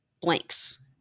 blanks